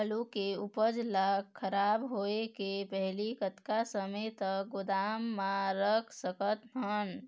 आलू के उपज ला खराब होय के पहली कतका समय तक गोदाम म रख सकत हन?